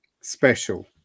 special